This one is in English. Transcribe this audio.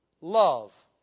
love